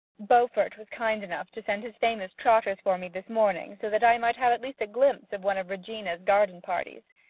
beaufort was kind enough to send his famous trotters for me this morning, so that i might have at least a glimpse of one of regina's garden-parties